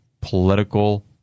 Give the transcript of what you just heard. political